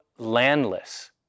landless